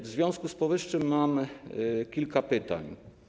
W związku z powyższym mam kilka pytań.